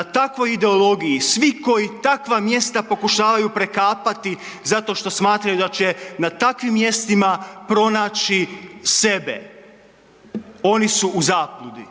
takvoj ideologiji, svi koji takva mjesta pokušavaju prekapati zato što smatraju da će na takvim mjestima pronaći sebe, oni su u zabludi,